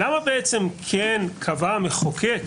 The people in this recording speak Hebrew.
למה בעצם כן קבע המחוקק,